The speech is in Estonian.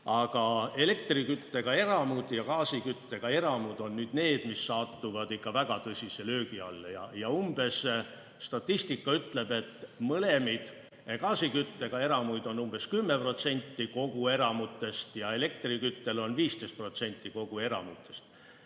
Aga elektriküttega eramud ja gaasiküttega eramud on need, mis satuvad ikka väga tõsise löögi alla. Statistika ütleb, et gaasiküttega eramuid on umbes 10% kõigist eramutest ja elektriküttega on 15% kõigist eramutest.